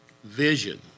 vision